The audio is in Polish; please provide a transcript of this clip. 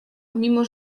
mimo